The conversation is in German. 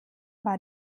war